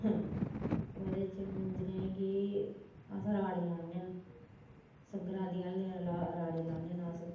ओहदे च मिजरें गी अस राह्डे़ लाने ना संगरांदी आहले दिन राह्डे़ लाने होन्ने ना अस